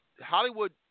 Hollywood